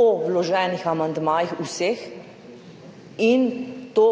o vloženih amandmajih, vseh, in to